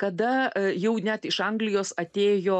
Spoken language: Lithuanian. kada jau net iš anglijos atėjo